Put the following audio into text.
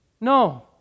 No